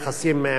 דרך אגב,